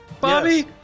Bobby